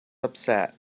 upset